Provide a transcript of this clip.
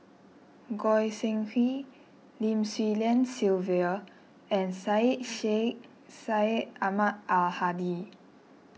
Goi Seng Hui Lim Swee Lian Sylvia and Syed Sheikh Syed Ahmad Al Hadi